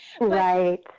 Right